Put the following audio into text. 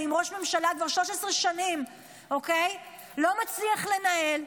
ואם ראש ממשלה כבר 16 שנים לא מצליח לנהל,